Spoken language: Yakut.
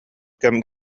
кэм